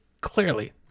clearly